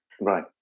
Right